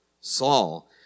Saul